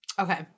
Okay